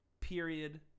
Period